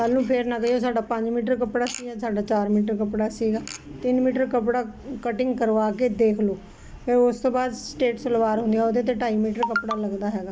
ਕੱਲ ਨੂੰ ਫਿਰ ਨਾ ਕਹੀਓ ਸਾਡਾ ਪੰਜ ਮੀਟਰ ਕੱਪੜਾ ਸੀ ਸਾਡਾ ਚਾਰ ਮੀਟਰ ਕੱਪੜਾ ਸੀਗਾ ਤਿੰਨ ਮੀਟਰ ਕੱਪੜਾ ਕਟਿੰਗ ਕਰਵਾ ਕੇ ਦੇਖ ਲਓ ਫਿਰ ਉਸ ਤੋਂ ਬਾਅਦ ਸਟੇਟ ਸਲਵਾਰ ਹੁੰਦੀ ਆ ਉਹਦੇ ਤੇ ਢਾਈ ਮੀਟਰ ਕੱਪੜਾ ਲੱਗਦਾ ਹੈਗਾ